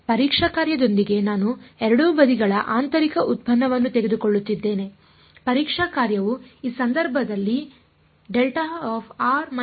ಪರೀಕ್ಷಾ ಕಾರ್ಯದೊಂದಿಗೆ ನಾನು ಎರಡೂ ಬದಿಗಳ ಆಂತರಿಕ ಉತ್ಪನ್ನವನ್ನು ತೆಗೆದುಕೊಳ್ಳುತ್ತಿದ್ದೇನೆ ಪರೀಕ್ಷಾ ಕಾರ್ಯವು ಈ ಸಂದರ್ಭದಲ್ಲಿ ಆಗಿದೆ ಎಂದು ನಾವು ಹೇಳೋಣ